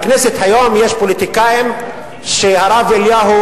בכנסת היום יש פוליטיקאים שהרב אליהו